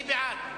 מי בעד?